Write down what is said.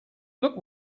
look